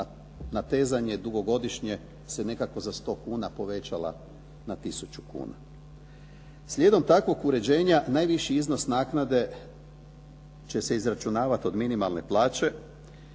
natezanje dugogodišnje se nekako za 100 kuna povećala na tisuću kuna. Slijedom takvog uređenja, najviši iznos naknade će se izračunavat od minimalne plaće,